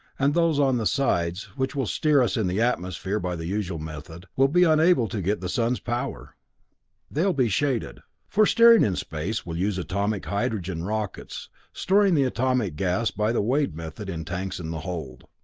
and those on the sides, which will steer us in the atmosphere by the usual method, will be unable to get the sun's power they'll be shaded. for steering in space, we'll use atomic hydrogen rockets, storing the atomic gas by the wade method in tanks in the hold.